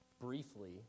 briefly